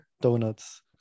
donuts